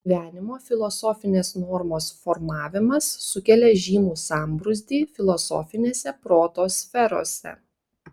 gyvenimo filosofinės normos formavimas sukelia žymų sambrūzdį filosofinėse proto sferose